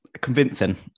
convincing